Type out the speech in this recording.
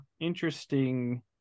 interesting